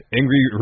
angry